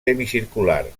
semicircular